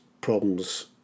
problems